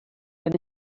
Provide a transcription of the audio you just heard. ben